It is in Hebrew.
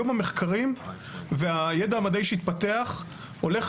היום המחקרים והידע המדעי שהתפתח הולך